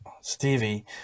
Stevie